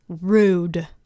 Rude